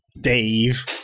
Dave